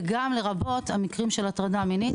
לרבות מקרים של הטרדות מינית.